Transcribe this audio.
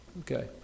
Okay